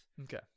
okay